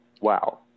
Wow